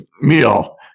meal